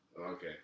Okay